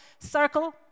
circle